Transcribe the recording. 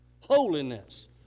holiness